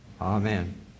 Amen